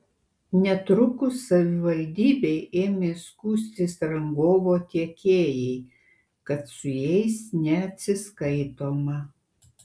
netrukus savivaldybei ėmė skųstis rangovo tiekėjai kad su jais neatsiskaitoma